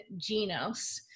Genos